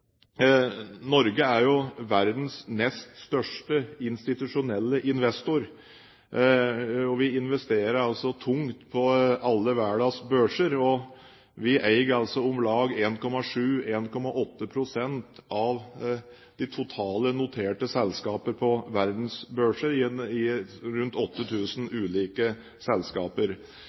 Norge er verdens nest største institusjonelle investor. Vi investerer tungt på alle verdens børser, og vi eier om lag 1,7–1,8 pst. av de totalt noterte selskaper på verdens børser – rundt 8 000 ulike selskaper.